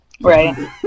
Right